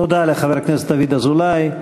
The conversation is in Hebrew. תודה לחבר הכנסת דוד אזולאי.